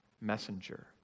messenger